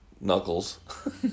knuckles